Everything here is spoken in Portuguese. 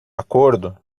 acordo